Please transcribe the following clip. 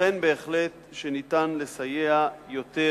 ייתכן בהחלט שאפשר לסייע יותר,